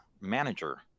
manager